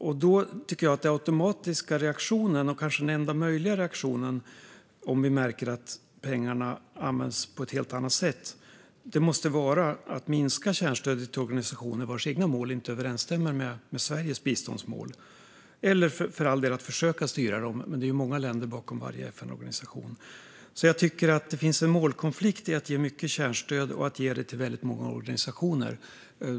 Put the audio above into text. Jag tycker att den automatiska, och kanske enda möjliga, reaktionen om vi märker att pengarna används på ett helt annat sätt måste vara att minska kärnstödet till organisationer vars egna mål inte överensstämmer med Sveriges biståndsmål eller, för all del, att försöka styra dem, men det är ju många länder bakom varje FN-organisation. Jag tycker att det finns en målkonflikt i att ge mycket kärnstöd och ge det till väldigt många organisationer.